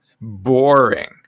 Boring